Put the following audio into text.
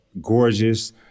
gorgeous